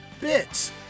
bits